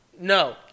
No